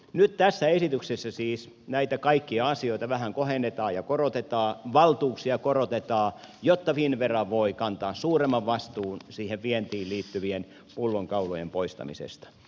nyt tässä esityksessä siis näitä kaikkia asioita vähän kohennetaan ja korotetaan valtuuksia korotetaan jotta finnvera voi kantaa suuremman vastuun vientiin liittyvien pullonkaulojen poistamisesta